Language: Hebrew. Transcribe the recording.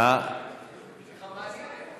שיחה מעניינת.